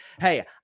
hey